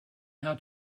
how